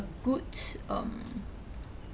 good um